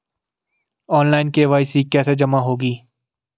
Online KYC कैसे जमा होगी?